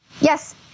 Yes